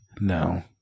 No